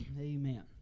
Amen